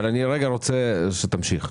אני רוצה ולדימיר שתמשיך.